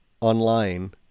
online